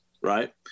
right